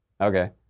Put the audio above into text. Okay